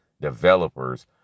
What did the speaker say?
developers